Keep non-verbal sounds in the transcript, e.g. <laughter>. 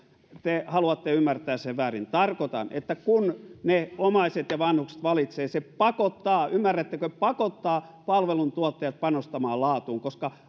te haluatte ymmärtää sen väärin tarkoitan että kun omaiset ja vanhukset valitsevat se pakottaa ymmärrättekö pakottaa palveluntuottajat panostamaan laatuun koska <unintelligible>